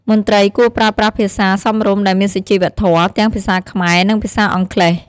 មន្ត្រីគួរប្រើប្រាស់ភាសារសមរម្យដែលមានសុជីវធម៌ ទាំងភាសាខ្មែរ និងភាសាអង់គ្លេស ។